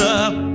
up